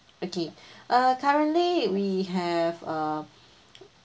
okay uh currently we have a